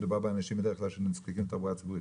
ומדובר בדרך כלל באנשים שנזקקים לתחבורה ציבורית.